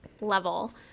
level